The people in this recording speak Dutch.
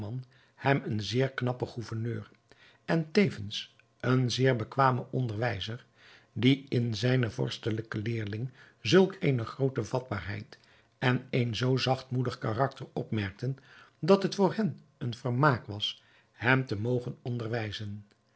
hem een zeer knappen gouverneur en tevens een zeer bekwamen onderwijzer die in zijnen vorstelijken leerling zulk eene groote vatbaarheid en een zoo zachtmoedig karakter opmerkten dat het voor hen een vermaak was hem te mogen onderwijzen